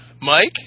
Mike